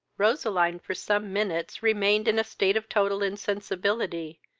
roseline for some minutes remained in a state of total insensibility,